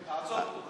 תעצור פה,